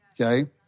Okay